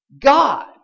God